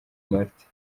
martin